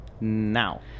now